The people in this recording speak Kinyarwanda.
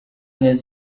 neza